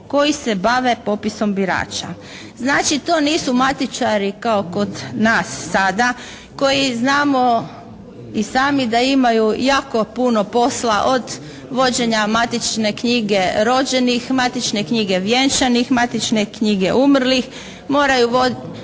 koji se bave popisom birača. Znači to nisu matičari kao kod nas sada koji znamo i sami da imaju jako puno posla od vođenja Matične knjige rođenih, Matične knjige vjenčanih, Matične knjige umrlih, moraju sprovoditi